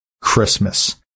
Christmas